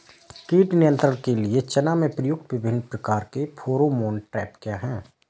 कीट नियंत्रण के लिए चना में प्रयुक्त विभिन्न प्रकार के फेरोमोन ट्रैप क्या है?